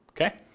Okay